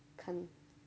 看